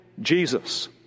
Jesus